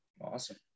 Awesome